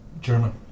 German